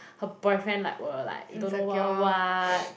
her boyfriend like will like don't know what what what